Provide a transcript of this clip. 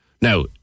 Now